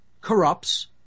corrupts